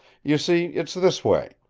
you see, it's this way.